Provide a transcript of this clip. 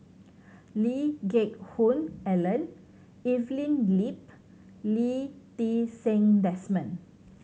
Lee Geck Hoon Ellen Evelyn Lip Lee Ti Seng Desmond